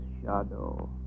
shadow